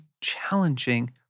challenging